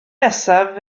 nesaf